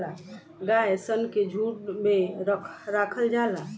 गाय सन के झुंड में राखल जाला